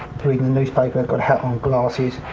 reading the newspaper, got a hat on, glasses,